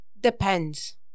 Depends